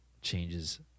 changes